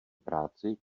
práci